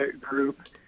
group